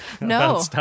No